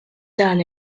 dan